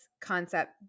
concept